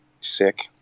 sick